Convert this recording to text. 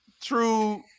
True